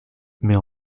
mais